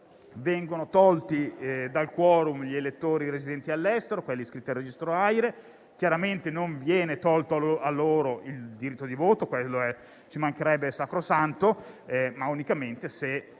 Vengono tolti dal *quorum* gli elettori residenti all'estero, iscritti al registro AIRE. Chiaramente non viene tolto loro il diritto di voto (ci mancherebbe, è sacrosanto); tuttavia, se